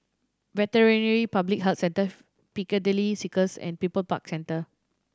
Veterinary Public Health Centre Piccadilly Circus and People's Park Centre